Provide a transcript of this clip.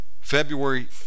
February